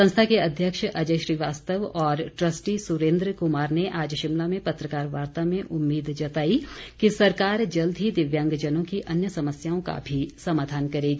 संस्था के अध्यक्ष अजय श्रीवास्तव और ट्रस्टी सुरेन्द्र कुमार ने आज शिमला में पत्रकारवार्ता में उम्मीद जताई कि सरकार जल्द ही दिव्यांगजनों की अन्य समस्याओं का भी समाधान करेगी